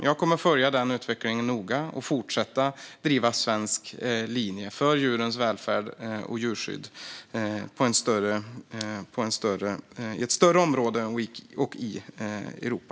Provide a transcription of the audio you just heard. Jag kommer att följa denna utveckling noga och fortsätta driva den svenska linjen för djurens välfärd och djurskydd i ett större område och i Europa.